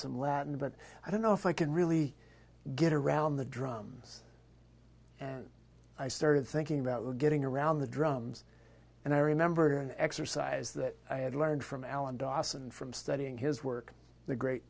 some latin but i don't know if i can really get around the drums i started thinking about getting around the drums and i remember an exercise that i had learned from alan dawson from studying his work the great